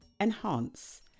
enhance